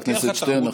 חבר הכנסת שטרן,